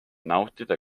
nautida